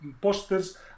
posters